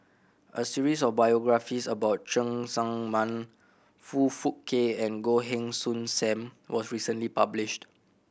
a series of biographies about Cheng Tsang Man Foong Fook Kay and Goh Heng Soon Sam was recently published